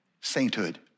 Sainthood